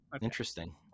Interesting